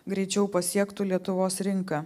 greičiau pasiektų lietuvos rinką